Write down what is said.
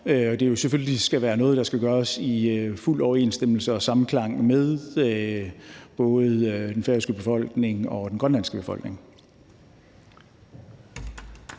det vil jo selvfølgelig være noget, der skal gøres i fuld overensstemmelse og samklang med både den færøske befolkning og den grønlandske befolkning.